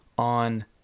On